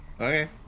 Okay